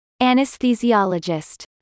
anesthesiologist